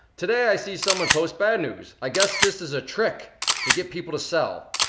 today i see someone post bad news. i guess this is a trick to get people to sell.